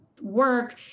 work